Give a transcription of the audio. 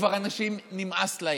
אנשים נמאס להם,